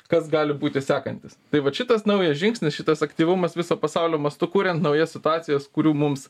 kas gali būti sekantis tai vat šitas naujas žingsnis šitas aktyvumas viso pasaulio mastu kuriant naujas situacijas kurių mums